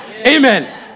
Amen